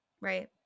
Right